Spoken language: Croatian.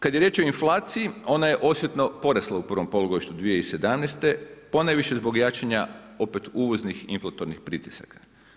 Kad je riječ o inflaciji ona je osjetno porasla u prvom polugodištu 2017. ponajviše zbog jačanja opet uvoznih inflatornih pritisaka.